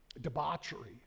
debauchery